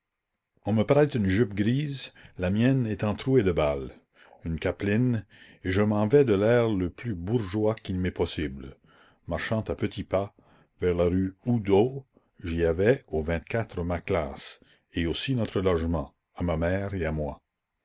on me prête une jupe grise la mienne étant trouée de balles une capeline et je m'en vais de l'air le plus bourgeois qu'il m'est possible marchant à petits pas vers la rue oudot j'y avais au ma classe et aussi notre logement à ma mère et à moi